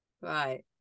Right